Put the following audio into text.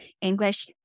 English